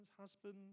husband